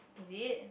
is it